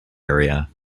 area